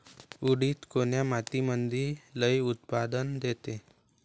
उडीद कोन्या मातीमंदी लई उत्पन्न देते?